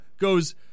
goes